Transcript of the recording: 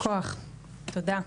יישר כוח, תודה.